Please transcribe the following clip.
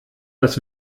das